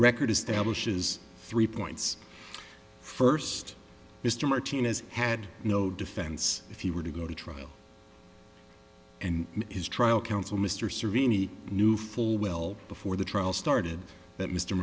record establishes three points first mr martinez had no defense if he were to go to trial and his trial counsel mr sereny knew full well before the trial started that mr